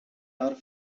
are